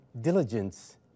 Diligence